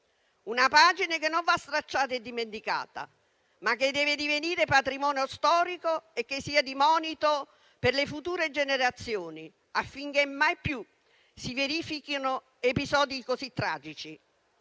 una pagina che non va stracciata e dimenticata, ma che deve divenire patrimonio storico e che sia di monito per le future generazioni, affinché mai più si verifichino episodi così tragici.